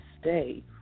stay